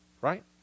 right